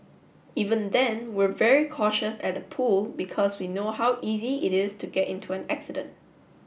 even then we're very cautious at the pool because we know how easy it is to get into an accident